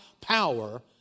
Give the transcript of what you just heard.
power